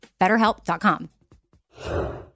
BetterHelp.com